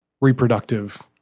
reproductive